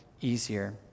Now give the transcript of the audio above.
easier